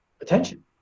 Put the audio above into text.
attention